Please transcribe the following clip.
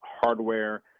hardware